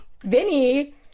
Vinny